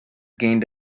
gained